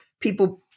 people